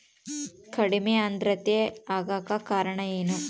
ಕಡಿಮೆ ಆಂದ್ರತೆ ಆಗಕ ಕಾರಣ ಏನು?